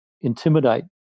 intimidate